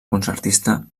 concertista